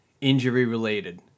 injury-related